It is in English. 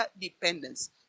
dependence